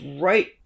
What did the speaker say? right